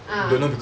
ah